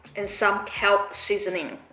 and some kelp seasoning.